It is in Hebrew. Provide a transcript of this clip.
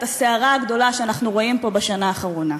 הסערה הגדולה שאנחנו רואים פה בשנה האחרונה?